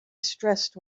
stressed